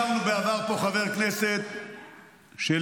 הכרנו פה בעבר חבר כנסת שלמזלו,